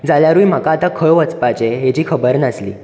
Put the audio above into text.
जाल्यारुय म्हाका आता खंय वचपाचे हेजी खबर नासली